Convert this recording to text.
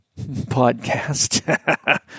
podcast